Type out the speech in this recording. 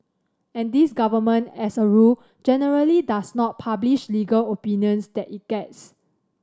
and this government as a rule generally does not publish legal opinions that it gets